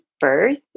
birth